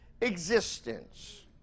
existence